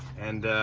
and